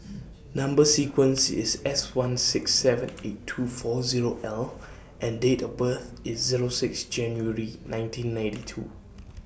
Number sequence IS S one six seven eight two four Zero L and Date of birth IS Zero six January nineteen ninety two